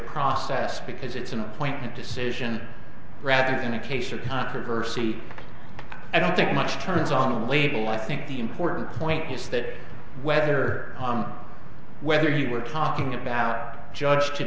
process because it's an appointment decision rather than a case or controversy i don't think much turns on the label i think the important point is that whether whether you were talking about judge to